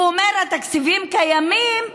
הוא אומר: התקציבים קיימים,